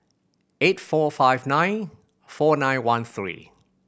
eight four five nine four nine one three